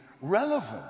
relevant